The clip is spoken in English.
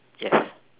yes